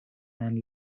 man